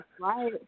right